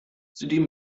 zudem